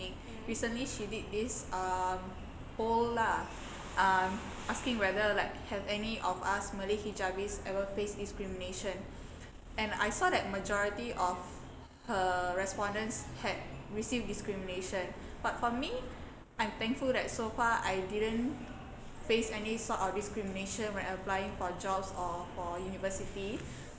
recently she did this um poll lah uh asking whether like have any of us malay hijabis ever face discrimination and I saw that majority of her respondents had receive discrimination but for me I'm thankful that so far I didn't face any sort of discrimination when applying for jobs or for university